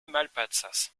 malpacas